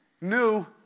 New